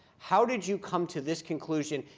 how did you come to this conclusion,